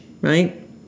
right